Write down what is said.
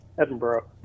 Edinburgh